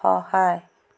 সহায়